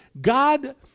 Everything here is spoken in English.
God